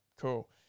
cool